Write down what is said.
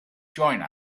join